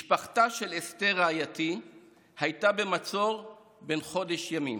משפחתה של אסתר רעייתי הייתה במצור בן חודש ימים.